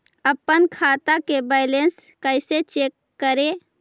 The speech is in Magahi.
अपन खाता के बैलेंस कैसे चेक करे?